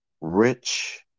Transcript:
rich